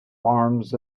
farms